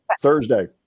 Thursday